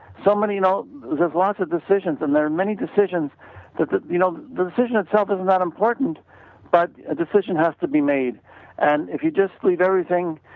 so many you know there is lots of decisions and there are many decisions that but you know the decision itself is not important but a decision has to be made and if you just leave everything,